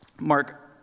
Mark